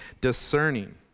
discerning